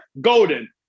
golden